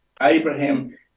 Abraham